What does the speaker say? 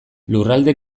lurralde